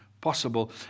possible